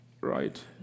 Right